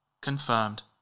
Confirmed